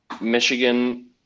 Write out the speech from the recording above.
Michigan